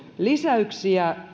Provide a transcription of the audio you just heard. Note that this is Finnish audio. lisäyksiä